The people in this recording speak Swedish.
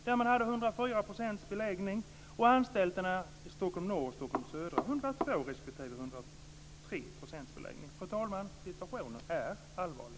Där hade man Fru talman! Situationen är allvarlig.